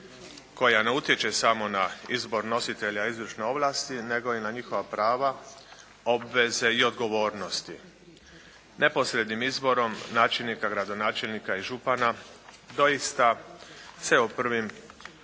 koja ne utječe samo na izbor nositelja izvršne ovlasti nego i na njihova prava, obveze i odgovornosti. Neposrednim izborom načelnika, gradonačelnika i župana doista se u prvi